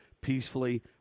peacefully